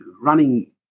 running